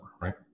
right